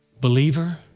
Believer